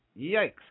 Yikes